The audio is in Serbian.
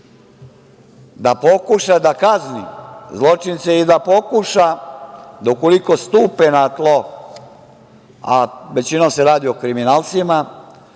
da pokuša da kazni zločince i da pokuša da ukoliko stupe na tlo, a većinom se radi o kriminalcima,